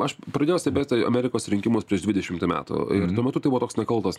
aš pradėjau stebėti amerikos rinkimus prieš dvidešimtį metų ir tuo metu tai buvo toks nekaltas